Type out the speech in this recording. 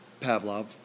Pavlov